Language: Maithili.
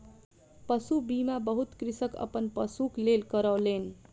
पशु बीमा बहुत कृषक अपन पशुक लेल करौलेन